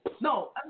No